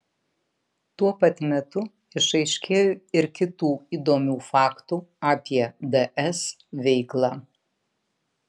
tuo pat metu išaiškėjo ir kitų įdomių faktų apie ds veiklą